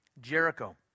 Jericho